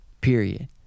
Period